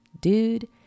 dude